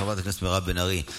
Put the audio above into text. חברת הכנסת מירב בן ארי,